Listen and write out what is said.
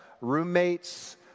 roommates